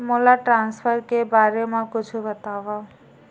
मोला ट्रान्सफर के बारे मा कुछु बतावव?